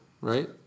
right